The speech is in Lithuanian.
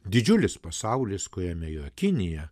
didžiulis pasaulis kuriame yra kinija